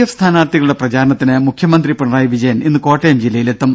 F സ്ഥാനാർത്ഥികളുടെ പ്രചരണത്തിന് മുഖ്യമന്ത്രി പിണറായി വിജയൻ ഇന്ന് കോട്ടയം ജില്ലയിലെത്തും